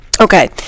Okay